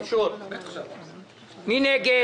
מי נגד?